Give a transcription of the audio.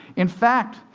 in fact,